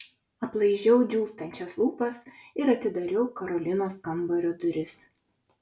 aplaižiau džiūstančias lūpas ir atidariau karolinos kambario duris